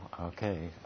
okay